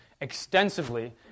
extensively